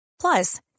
plus